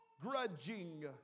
grudging